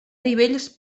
nivells